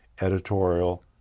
editorial